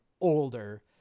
older